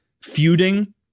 feuding